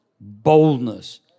boldness